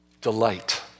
delight